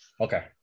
okay